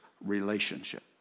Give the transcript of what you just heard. relationship